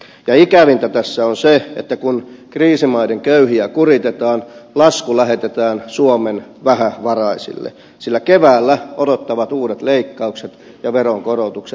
ja ikävintä tässä on se että kun kriisimaiden köyhiä kuritetaan lasku lähetetään suomen vähävaraisille sillä keväällä odottavat uudet leikkaukset ja veronkorotukset